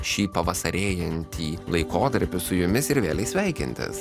šį pavasarėjantį laikotarpį su jumis ir vėlei sveikintis